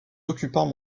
occupants